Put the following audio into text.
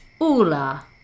Ula